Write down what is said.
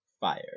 fire